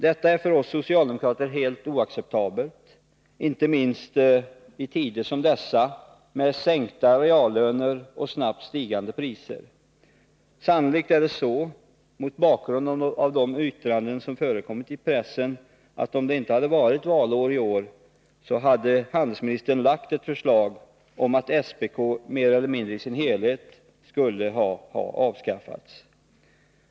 Detta är för oss socialdemokrater helt oacceptabelt, speciellt i tider som dessa, med sänkta reallöner och snabbt stigande priser. Sannolikt är det så — mot bakgrund av de yttranden som förekommit i pressen — att om det inte hade varit valår i år hade handelsministern lagt fram ett förslag om att SPK i sin helhet skulle avskaffas.